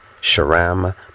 Sharam